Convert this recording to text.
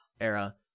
era